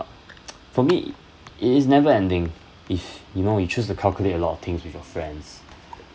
for me it is never-ending if you know you choose to calculate a lot of things with your friends